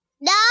No